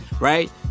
right